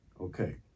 Okay